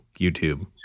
YouTube